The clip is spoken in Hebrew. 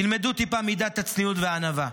תלמדו טיפה מידת הצניעות והענווה,